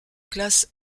classe